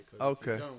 Okay